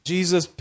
Jesus